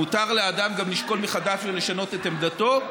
מותר לאדם גם לשקול מחדש ולשנות את עמדתו,